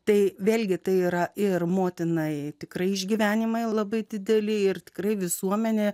tai vėlgi tai yra ir motinai tikrai išgyvenimai labai dideli ir tikrai visuomenė